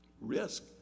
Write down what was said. risk